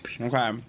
okay